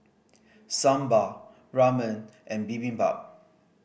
Sambar Ramen and Bibimbap